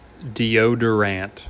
Deodorant